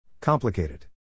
Complicated